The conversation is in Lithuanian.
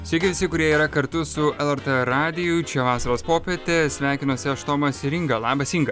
sveiki visi kurie yra kartu su lrt radiju čia vasaros popietė sveikinuosi aš tomas ir inga labas inga